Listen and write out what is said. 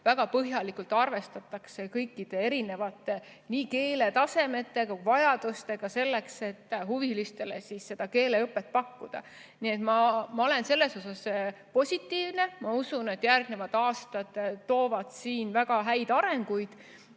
väga põhjalikult arvestatakse nii erinevate keeletasemetega kui ka vajadustega, selleks et huvilistele keeleõpet pakkuda. Nii et ma olen selles osas positiivne, ma usun, et järgnevad aastad toovad siin väga häid arenguid.